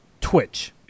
Twitch